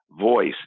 voice